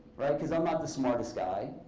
because i'm not the smartest guy.